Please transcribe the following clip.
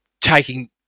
taking